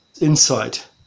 insight